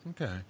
Okay